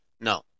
No